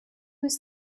was